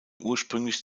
ursprünglich